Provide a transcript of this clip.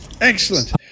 Excellent